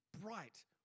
bright